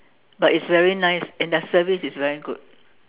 but it's very nice and their service is very good